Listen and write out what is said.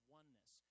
oneness